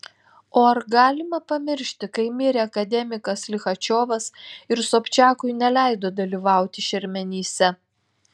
o ar galima pamiršti kai mirė akademikas lichačiovas ir sobčiakui neleido dalyvauti šermenyse